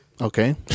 Okay